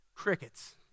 Crickets